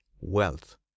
wealth